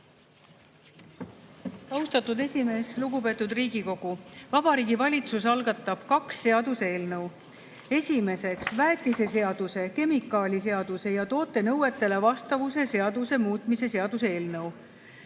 Austatud esimees! Lugupeetud Riigikogu! Vabariigi Valitsus algatab kaks seaduseelnõu. Esimeseks, väetiseseaduse, kemikaaliseaduse ja toote nõuetele vastavuse seaduse muutmise seaduse eelnõu.